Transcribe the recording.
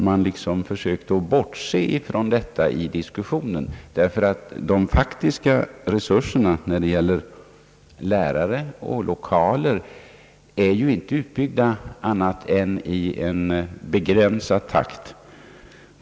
Man har liksom försökt bortse från detta i diskussionen, därför att de faktiska resurserna i fråga om lärare och lokaler inte är utbyggda annat än i begränsad omfattning.